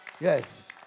Yes